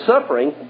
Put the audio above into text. suffering